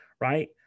right